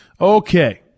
Okay